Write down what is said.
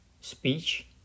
speech